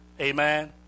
Amen